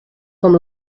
com